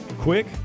Quick